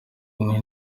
umwe